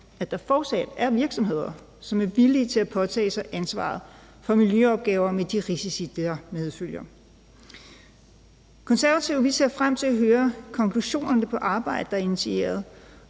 at der fortsat er virksomheder, som er villige til at påtage sig ansvaret for miljøopgaver med de risici, det medfører. De Konservative ser frem til at høre konklusionerne på det arbejde, der er initieret.